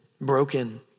broken